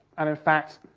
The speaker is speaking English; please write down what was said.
and, in fact,